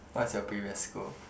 what's your previous school